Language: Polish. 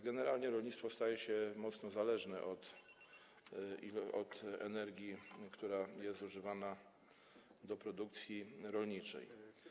Generalnie rolnictwo staje się mocno zależne od energii, która jest zużywana do produkcji rolniczej.